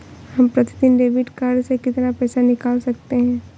हम प्रतिदिन debit card से कितना पैसा निकाल सकते हैं?